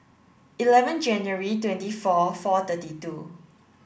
eleven January twenty four four thirty two